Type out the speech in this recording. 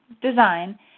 design